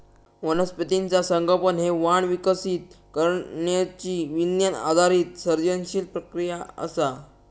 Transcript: वनस्पतीचा संगोपन हे वाण विकसित करण्यची विज्ञान आधारित सर्जनशील प्रक्रिया असा